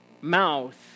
mouth